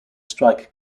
strike